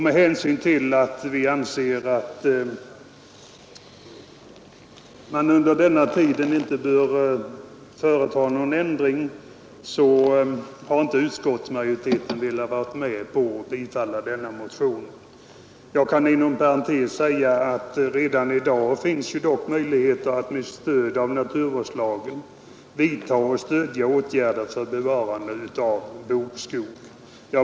Med hänsyn till att vi anser att man under denna tid inte bör företa någon ändring har utskottsmajoriteten inte velat tillstyrka denna motion. Jag kan inom parentes säga att det redan i dag dock finns möjligheter att med stöd i naturvårdslagen vidta åtgärder för bevarande av bokskog.